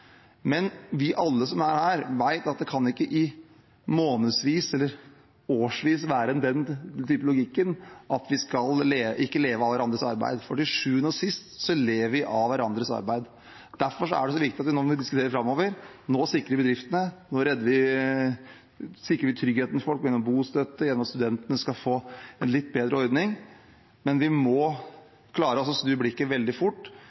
Men alle vi som er her, vet at det ikke i månedsvis eller årevis kan være den typen logikk, at vi ikke skal leve av hverandres arbeid, for til sjuende og sist lever vi av hverandres arbeid. Derfor er det så viktig at vi nå må diskutere framover – nå sikrer vi bedriftene, nå sikrer vi tryggheten til folk gjennom bostøtte, gjennom at studentene skal få en litt bedre ordning, men vi må klare å snu blikket veldig fort,